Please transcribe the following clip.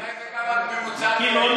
אולי זה גם ממוצע הגילים?